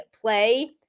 play